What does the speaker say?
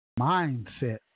mindset